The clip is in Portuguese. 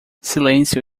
silêncio